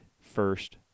first